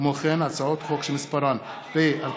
כמו כן, הצעות החוק שמספרן פ/2966/20,